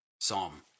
psalm